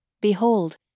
Behold